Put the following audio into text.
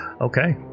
Okay